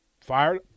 Fired